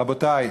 רבותי,